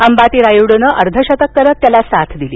अंबाती रायुडूनं अर्धशतक करीत त्याला साथ दिली